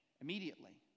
immediately